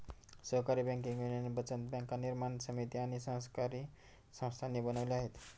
सहकारी banking union बचत बँका निर्माण समिती आणि सहकारी संस्थांनी बनवल्या आहेत